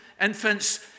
infants